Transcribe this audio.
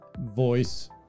voice